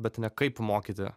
bet ne kaip mokyti